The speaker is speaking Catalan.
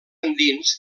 endins